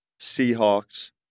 Seahawks